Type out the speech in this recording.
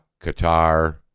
Qatar